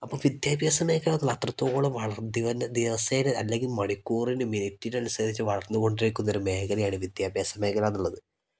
അപ്പോൾ വിദ്യാഭ്യാസ മേഖല എന്ന് ഉള്ളത് അത്രത്തോളം ദിവസേന അല്ലെങ്കിൽ മണിക്കൂറിന് മിനിറ്റിനനുസരിച്ച് വളർന്നുകൊണ്ടിരിക്കുന്ന ഒരു മേഖലയാണ് വിദ്യാഭ്യാസ മേഖല എന്നുള്ളത്